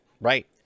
Right